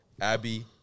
Abby